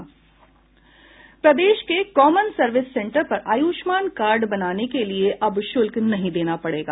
प्रदेश के common service centre पर Ayushman card बनाने के लिए अब शुल्क नहीं देना पड़ेंगा